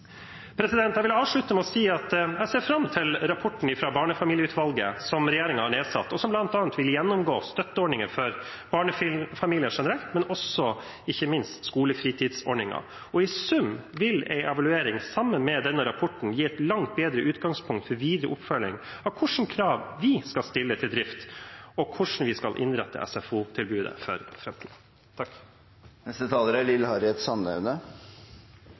Jeg vil avslutte med å si at jeg ser fram til rapporten fra barnefamilieutvalget som regjeringen har nedsatt, og som bl.a. vil gjennomgå støtteordninger for barnefamilier generelt, men ikke minst skolefritidsordningen. I sum vil en evaluering sammen med denne rapporten gi et langt bedre utgangspunkt for videre oppfølging av hvilke krav vi skal stille til drift, og hvordan vi skal innrette SFO-tilbudet for framtiden. En samlet komité mener at skolefritidsordningen/aktivitetsskolen i Oslo er